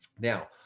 now,